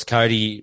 Cody